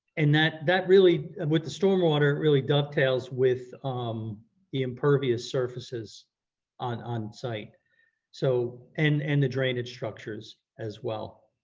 and that that really and with the stormwater really dovetails with um the impervious surfaces on on site so and and the drainage structures as well.